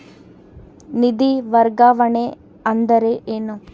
ನಿಧಿ ವರ್ಗಾವಣೆ ಅಂದರೆ ಏನು?